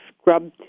scrub